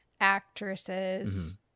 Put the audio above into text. actresses